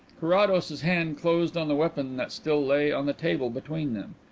carrados's hand closed on the weapon that still lay on the table between them.